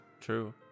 true